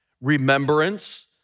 remembrance